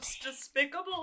despicable